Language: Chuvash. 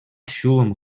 ҫулӑм